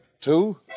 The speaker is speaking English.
Two